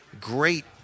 Great